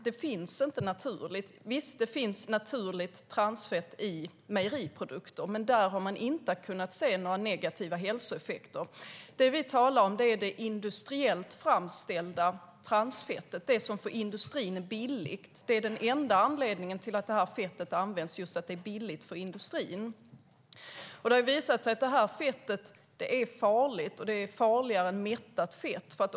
Det finns inte naturligt. Visst finns det naturligt transfett i mejeriprodukter. Men där har man inte kunnat se några negativa hälsoeffekter. Det som vi talar om är det industriellt framställda transfettet som är billigt för industrin. Den enda anledningen till att detta fett används är att det är billigt för industrin. Det har visat sig att detta fett är farligt. Det är farligare än mättat fett.